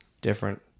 different